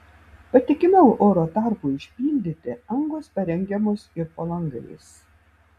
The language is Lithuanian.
patikimiau oro tarpui užpildyti angos parengiamos ir po langais